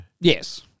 Yes